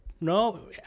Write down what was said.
No